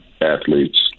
athletes